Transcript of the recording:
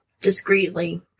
discreetly